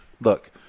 look